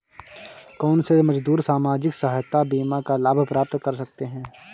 कौनसे मजदूर सामाजिक सहायता बीमा का लाभ प्राप्त कर सकते हैं?